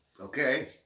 Okay